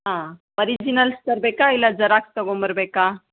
ಹಾಂ ಒರಿಜಿನಲ್ಸ್ ತರಬೇಕಾ ಇಲ್ಲ ಜರಾಕ್ಸ್ ತಗೊಂಬರಬೇಕಾ